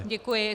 Děkuji.